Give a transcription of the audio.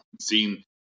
seen